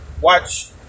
watch